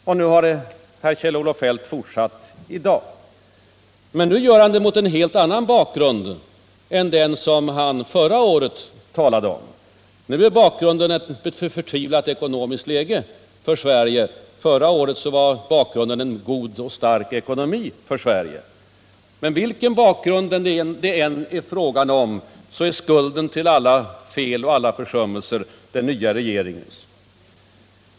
Kjell-Olof Feldt har fortsatt här i dag. Men nu gör han det mot en helt annan bakgrund än den som han förra året talade om, Nu sägs bakgrunden vara ett förtvivlat ekonomiskt läge för Sverige. Förra året var bakgrunden en god och stark ekonomi för Sverige. Men vilken bakgrund det än är fråga om, sägs skulden till alla fel och försummelser vara den nya regeringens.